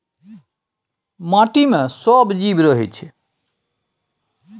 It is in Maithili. माटि मे सब जीब रहय छै